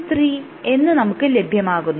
3 എന്ന് നമുക്ക് ലഭ്യമാകുന്നു